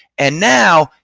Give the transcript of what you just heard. and now,